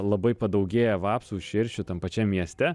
labai padaugėja vapsvų širšių tam pačiam mieste